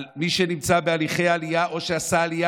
על מי שנמצא בהליכי עלייה או שעשה עלייה